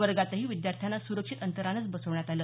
वर्गातही विद्यार्थ्यांना सुरक्षित अंतरानेच बसविण्यात आलं